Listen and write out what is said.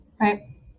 Right